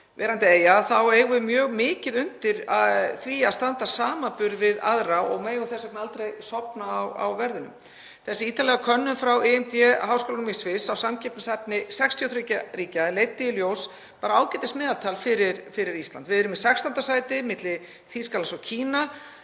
verandi eyja, þá eigum við mjög mikið undir því að standast samanburð við aðra og megum þess vegna aldrei sofna á verðinum. Þessi ítarlega könnun frá IMD-háskólanum í Sviss á samkeppnishæfni 63 ríkja leiddi í ljós ágætismeðaltal fyrir Ísland. Við erum í 16. sæti, milli Þýskalands og Kína,